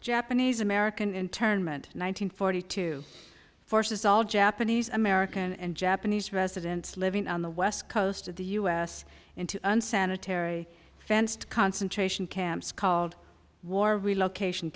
japanese american internment one hundred forty two forces all japanese american and japanese residents living on the west coast of the us into unsanitary fenced concentration camps called war relocation